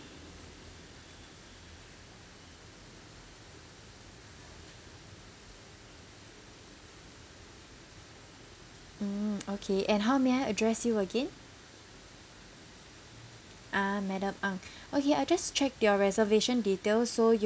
mm okay and how may I address you again ah madam ang okay I just checked your reservation details so